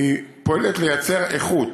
פועלת לייצר איכות,